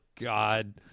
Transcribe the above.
God